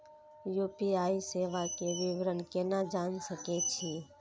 UPI सेवा के विवरण केना जान सके छी?